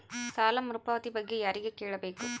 ಸಾಲ ಮರುಪಾವತಿ ಬಗ್ಗೆ ಯಾರಿಗೆ ಕೇಳಬೇಕು?